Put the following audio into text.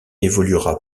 évoluera